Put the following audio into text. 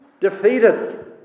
defeated